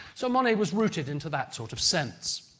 so, monet was rooted into that sort of sense.